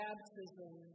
Baptism